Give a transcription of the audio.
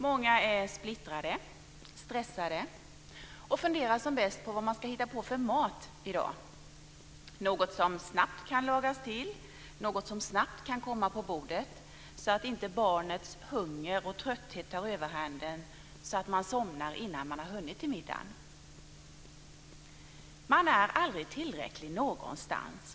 Många är splittrade och stressade och funderar som bäst på vad man ska hitta på för mat i dag - något som snabbt kan lagas till, något som snabbt kan komma på bordet så att inte barnens hunger och trötthet tar överhanden och de somnar innan man hunnit till middagen. Man är aldrig tillräcklig någonstans.